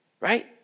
right